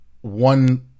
one